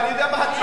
אני יודע מה התשובה.